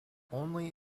only